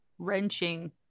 wrenching